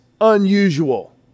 unusual